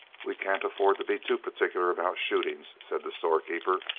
we can't afford to be too particular about shootings, said the storekeeper.